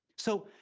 so,